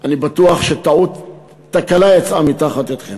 אני בטוח שטעות, תקלה, יצאה מתחת ידיכם,